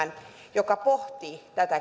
joka pohtii tätä